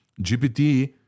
GPT